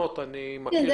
לא תמיד